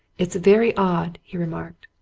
it's very odd, he remarked.